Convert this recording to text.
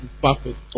perfect